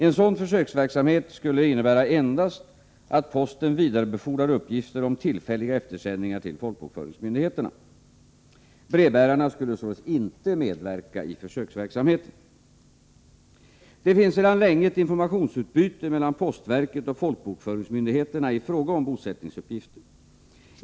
En sådan försöksverksamhet skulle innebära endast att posten vidarebefordrade uppgifter om tillfälliga eftersändningar till folkbokföringsmyndigheterna. Brevbärarna skulle således inte medverka i försöksverksamheten. Det finns sedan länge ett informationsutbyte mellan postverket och folkbokföringsmyndigheterna i fråga om bosättningsuppgifter.